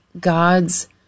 God's